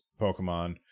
Pokemon